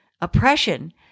oppression